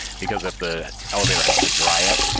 because if the elevator has to dry it,